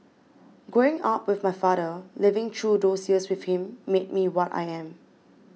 growing up with my father living through those years with him made me what I am